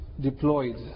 deployed